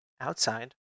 outside